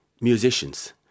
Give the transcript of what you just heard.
musicians